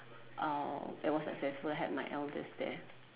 uh it was successful I had my eldest there